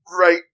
right